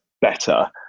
better